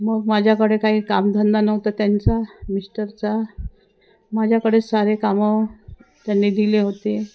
मग माझ्याकडे काही कामधंदा नव्हता त्यांचा मिस्टरचा माझ्याकडे सारे कामं त्यांनी दिले होते